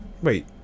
Wait